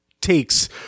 takes